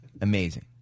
amazing